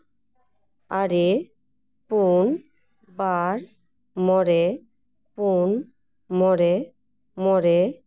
ᱟᱨᱮ ᱯᱩᱱ ᱵᱟᱨ ᱢᱚᱬᱮ ᱯᱩᱱ ᱢᱚᱬᱮ ᱢᱚᱬᱮ